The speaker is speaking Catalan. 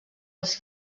els